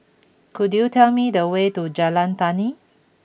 could you tell me the way to Jalan Tani